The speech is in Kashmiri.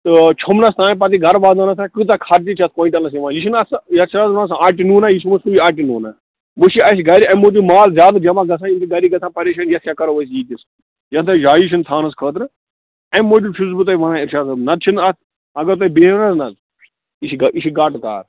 تہٕ چھوٚمبنَس تانۍ پَتہٕ یہِ گرٕ واتنَاونَس تانۍ کٕژاہ خرچہِ اَتھ کۅینٛٹلس یِوان یہِ چھُنہٕ آسان یَتھ چھِ وسان آسان آٹہِ نوٗنا یہِ چھُ سُے آٹہِ نوٗنا وۅنۍ چھُ اَسہِ گَرِ اَمہِ موٗجوٗب مال زیادٕ جمع گژھان یہِ چھِ گرٕکۍ گژھان پریشٲنی یَتھ کیٛاہ کَرو أسۍ ییٖتِس یَتھ نَے جایی چھَنہٕ تھاونس خٲطرٕ اَمہِ موٗجوٗب چھُس بہٕ تۄہہِ ونان اِرشاد صٲب نَتہٕ چھُنہٕ اَتھ اَگر تۄہہِ بِہِو نہَ حظ یہِ چھُ یہِ چھُ گاٹہٕ کار